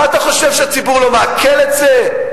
מה אתה חושב, שהציבור לא מעכל את זה?